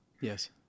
Yes